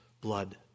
blood